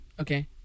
Okay